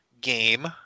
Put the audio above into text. game